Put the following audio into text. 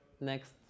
next